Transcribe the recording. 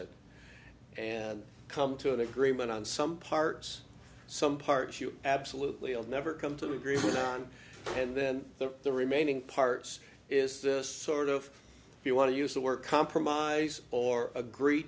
it and come to an agreement on some parts some parts you absolutely will never come to agreement on and then the remaining parts is this sort of you want to use the word compromise or agree